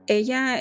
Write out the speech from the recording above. ella